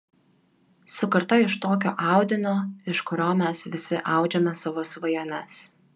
sukurta iš tokio audinio iš kurio mes visi audžiame savo svajones